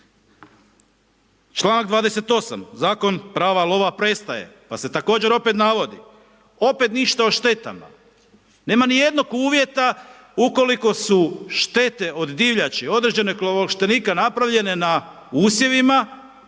Članak 28., Zakon prava lova prestaje, pa se tako također opet navodi, opet ništa o štetama, nema ni jednog uvjeta ukoliko su štete od divljači određenog lovoovlaštenika napravljene na usjevima